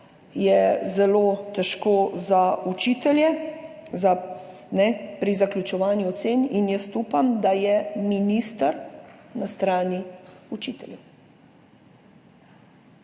je zelo težko za učitelje pri zaključevanju ocen. Upam, da je minister na strani učiteljev.